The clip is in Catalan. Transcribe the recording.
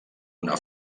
una